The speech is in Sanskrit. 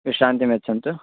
विश्रान्तिं यच्छन्तु